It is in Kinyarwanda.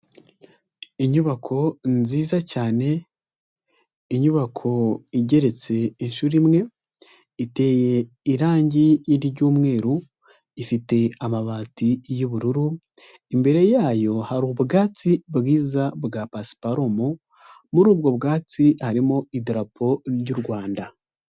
Inyubako nziza cyane. Inyubako igeretse inshuro imwe, iteye irangi ry'umweru. Ifite amabati y'ubururu. Imbere yayo hari ubwatsi bwiza bwa pasiparumu. Muri ubwo bwatsi harimo idarapo ry'u Rwanda.